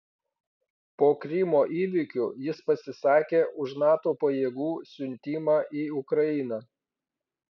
po krymo įvykių jis pasisakė už nato pajėgų siuntimą į ukrainą